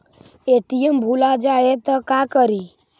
ATM भुला जाये त का करि?